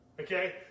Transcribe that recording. Okay